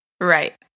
Right